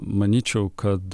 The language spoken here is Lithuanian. manyčiau kad